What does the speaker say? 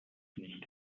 nicht